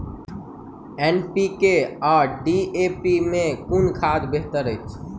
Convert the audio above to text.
NPK आ DAP मे कुन खाद बेहतर अछि?